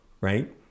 right